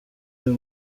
uyu